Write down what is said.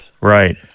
Right